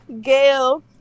Gail